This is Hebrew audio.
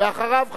ואחריו,